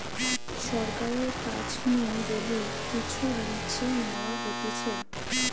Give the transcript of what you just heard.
সরকারের কাছ নু যদি কিচু লিজে নেওয়া হতিছে